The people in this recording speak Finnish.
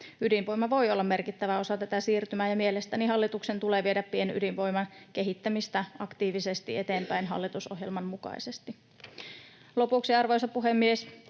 Ydinvoima voi olla merkittävä osa tätä siirtymää, ja mielestäni hallituksen tulee viedä pienydinvoiman kehittämistä aktiivisesti eteenpäin hallitusohjelman mukaisesti. Lopuksi, arvoisa puhemies: